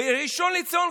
ראשון לציון,